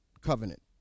covenant